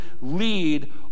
lead